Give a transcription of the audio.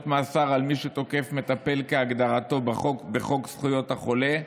מאסר על מי שתוקף מטפל כהגדרתו בחוק זכויות החולה,